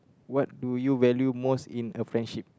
what do you value most in a friendship